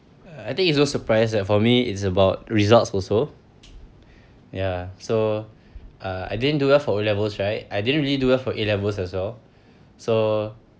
I think it's no surprise that for me it's about results also ya so uh I didn't do well for O levels right I didn't really do well for A levels as well so